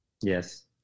Yes